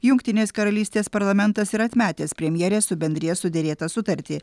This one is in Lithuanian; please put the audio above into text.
jungtinės karalystės parlamentas yra atmetęs premjerės su bendrija suderėtą sutartį